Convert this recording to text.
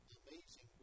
amazing